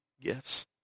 gifts